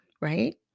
right